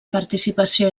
participació